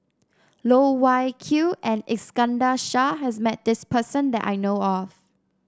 Loh Wai Kiew and Iskandar Shah has met this person that I know of